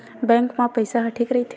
Bank मा पईसा ह ठीक राइथे?